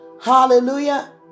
Hallelujah